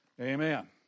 Amen